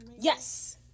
Yes